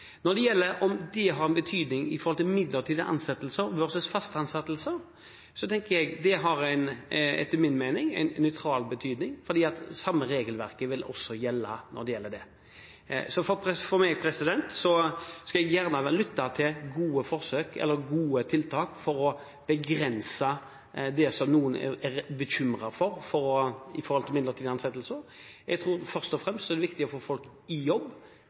Når det gjelder om det har betydning for midlertidige ansettelser versus faste ansettelser, har det etter min mening en nøytral betydning, for det samme regelverket vil gjelde for det. Jeg vil gjerne lytte til gode tiltak for å begrense det som noen er bekymret for når det gjelder midlertidige ansettelser. Jeg tror først og fremst det er viktig å få folk i jobb,